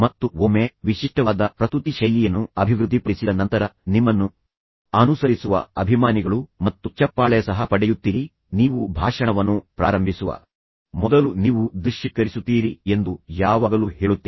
ಮತ್ತು ಒಮ್ಮೆ ನೀವು ನಿಮ್ಮದೇ ಆದ ವಿಶಿಷ್ಟವಾದ ಪ್ರಸ್ತುತಿ ಶೈಲಿಯನ್ನು ಅಭಿವೃದ್ಧಿಪಡಿಸಿದ ನಂತರ ನಿಮ್ಮನ್ನು ಅನುಸರಿಸುವ ಅಭಿಮಾನಿಗಳು ನಿಮ್ಮನ್ನು ಹೊಂದಿರುತ್ತಾರೆ ಮತ್ತು ಚಪ್ಪಾಳೆ ಸಹ ಪಡೆಯುತ್ತೀರಿ ನೀವು ಭಾಷಣವನ್ನು ಪ್ರಾರಂಭಿಸುವ ಮೊದಲು ನೀವು ದೃಶ್ಯೀಕರಿಸುತ್ತೀರಿ ಎಂದು ನಾನು ಯಾವಾಗಲೂ ಹೇಳುತ್ತೇನೆ